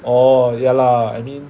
orh ya lah I mean